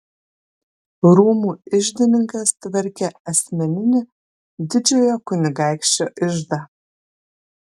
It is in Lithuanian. rūmų iždininkas tvarkė asmeninį didžiojo kunigaikščio iždą